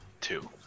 two